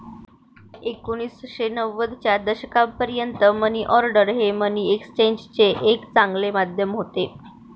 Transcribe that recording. एकोणीसशे नव्वदच्या दशकापर्यंत मनी ऑर्डर हे मनी एक्सचेंजचे एक चांगले माध्यम होते